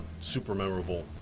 super-memorable